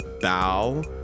bow